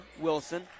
Wilson